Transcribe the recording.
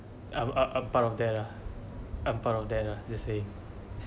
a a a part of that ah I'm part of that lah they say